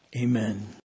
Amen